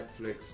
Netflix